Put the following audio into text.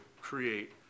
create